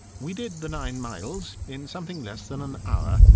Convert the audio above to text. we did the nine miles in something less than an hour,